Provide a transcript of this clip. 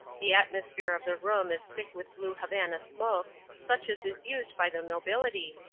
the atmosphere of the room is thick with blue havana smoke such as is used by the nobility,